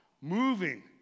moving